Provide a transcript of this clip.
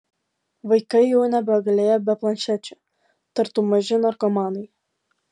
vaikai jau nebegalėjo be planšečių tartum maži narkomanai